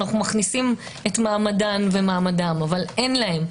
אנו מכניסים את מעמדן ומעמדם אבל אין להם.